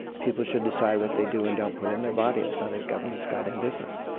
people should decide what they do and don't put in their body. it's not their government's goddamn business.